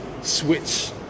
switch